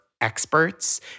experts